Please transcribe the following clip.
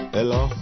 Hello